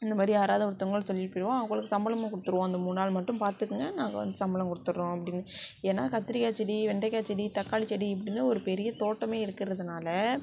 இந்த மாதிரி யாராவது ஒருத்தங்கள்ட்ட சொல்லிவிட்டு போய்விடுவோம் அவங்களுக்கு சம்பளமும் கொடுத்துருவோம் அந்த மூணுநாள் மட்டும் பார்த்துக்குங்க நாங்கள் வந்து சம்பளம் கொடுத்துட்றோம் அப்படின்னு ஏன்னா கத்திரிக்காய் செடி வெண்டக்காய் செடி தக்காளி செடி எப்படின்னா ஒரு பெரிய தோட்டமே இருக்கறதுனால்